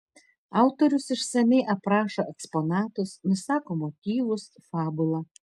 autorius išsamiai aprašo eksponatus nusako motyvus fabulą